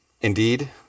Indeed